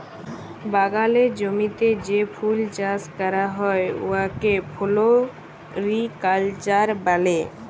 বাগালের জমিতে যে ফুল চাষ ক্যরা হ্যয় উয়াকে ফোলোরিকাল্চার ব্যলে